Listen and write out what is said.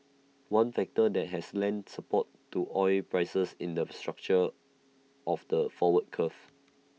one factor that has lent support to oil prices in the structure of the forward curve